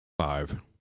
Five